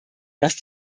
dass